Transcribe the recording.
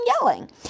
yelling